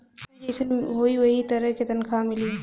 नउकरी जइसन होई वही तरे तनखा मिली